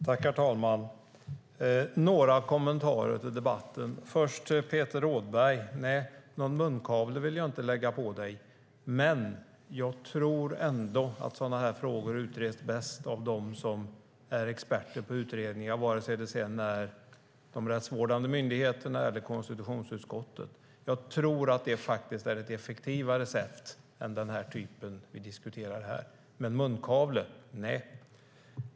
Herr talman! Jag har några kommentarer till debatten. Först, Peter Rådberg: Nej, någon munkavle vill jag inte lägga på dig, men jag tror ändå att sådana här frågor utreds bäst av dem som är experter på utredningar, vare sig det är de rättsvårdande myndigheterna eller konstitutionsutskottet. Jag tror att det faktiskt är ett effektivare sätt än den typ vi diskuterar här, men munkavle - nej.